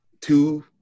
two